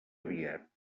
aviat